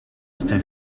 ёстой